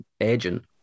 agent